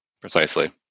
Precisely